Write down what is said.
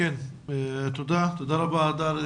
תודה רבה הגר.